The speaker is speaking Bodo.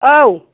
औ